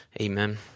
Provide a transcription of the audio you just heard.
Amen